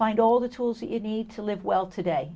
find all the tools you need to live well today